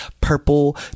purple